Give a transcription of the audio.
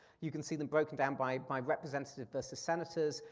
you can see them broken down by by representative versus senators,